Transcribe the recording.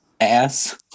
ass